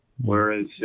Whereas